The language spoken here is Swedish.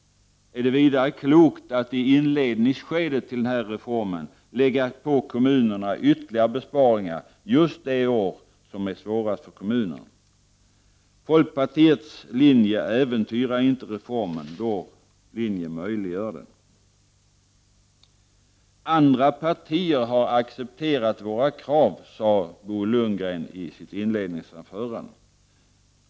Är det vidare klokt att i inledningsskedet lägga på kommunerna ytterligare besparingar just det år då det är som svårast för kommunerna? Folkpartiets linje äventyrar inte reformen. Vår linje möjliggör den. Andra partier har accepterat våra krav, sade Bo Lundgren i sitt inledningsanförande.